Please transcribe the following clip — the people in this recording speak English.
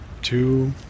Two